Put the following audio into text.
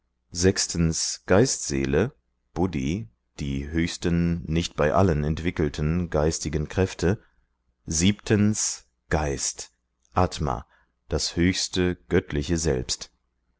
sechstens geist seele bude die höchsten nicht bei allen entwickelten geistigen kräfte sies geist atma das höchste göttliche selbst